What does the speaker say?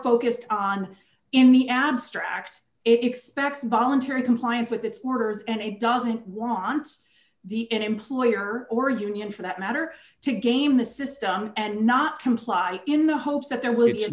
focused on in the abstract expects voluntary compliance with its workers and it doesn't want the employer or union for that matter to game the system and not comply in the hopes that there w